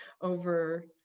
over